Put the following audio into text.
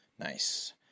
Nice